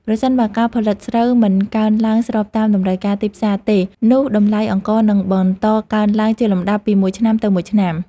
ប្រសិនបើការផលិតស្រូវមិនកើនឡើងស្របតាមតម្រូវការទីផ្សារទេនោះតម្លៃអង្ករនឹងបន្តកើនឡើងជាលំដាប់ពីមួយឆ្នាំទៅមួយឆ្នាំ។